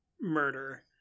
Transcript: murder